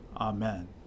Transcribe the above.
Amen